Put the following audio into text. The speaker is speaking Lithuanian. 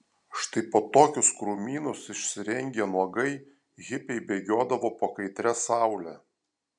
štai po tokius krūmynus išsirengę nuogai hipiai bėgiodavo po kaitria saule